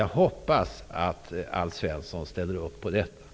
Jag hoppas att Alf Svensson ställer upp på detta.